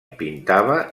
pintava